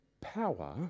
power